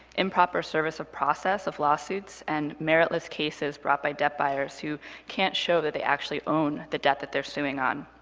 improper service of process of lawsuits, and meritless cases brought by debt buyers who can't show that they actually own the debt that they're suing on.